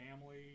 family